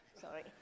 Sorry